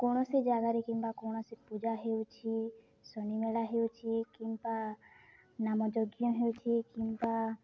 କୌଣସି ଜାଗାରେ କିମ୍ବା କୌଣସି ପୂଜା ହେଉଛି ଶନି ମେଳା ହେଉଛି କିମ୍ବା ନାମ ଯଜ୍ଞ ହେଉଛି କିମ୍ବା